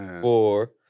four